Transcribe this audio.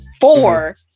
four